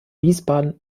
wiesbaden